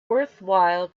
worthwhile